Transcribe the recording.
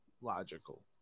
logical